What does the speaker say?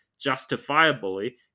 justifiably